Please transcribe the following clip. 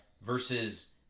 Versus